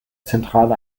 zentrale